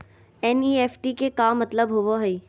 NEFT के का मतलव होव हई?